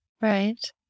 Right